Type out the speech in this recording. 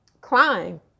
climb